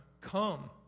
come